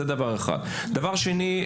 דבר שני,